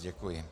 Děkuji.